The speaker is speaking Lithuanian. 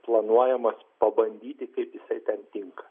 planuojamas pabandyti kaip jisai ten tinka